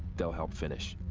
they'll help finish.